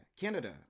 Canada